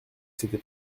c’était